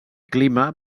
clima